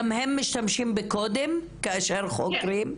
גם הם משתמשים בקודים כאשר חוקרים?